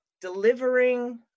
delivering